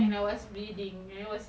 mm